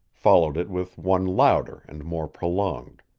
followed it with one louder and more prolonged.